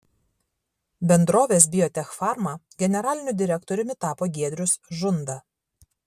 bendrovės biotechfarma generaliniu direktoriumi tapo giedrius žunda